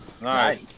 Nice